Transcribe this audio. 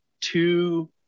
two